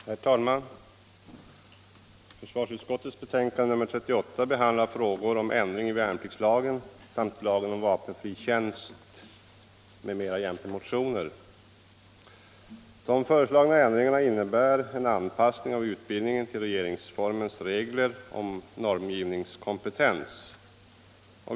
Herr talman! Försvarsutskottets betänkande nr 38 behandlar frågor om ändring i värnpliktslagen och lagen om vapenfri tjänst m.m. jämte motioner. De föreslagna ändringarna innebär en anpassning av utbildningen till regeringsformens regler om normgivningskompetens.